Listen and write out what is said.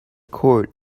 cord